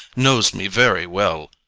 knows me very well.